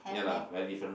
ya lah very different road